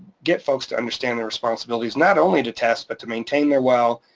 get folks to understand their responsibilities, not only to test, but to maintain their well,